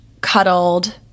cuddled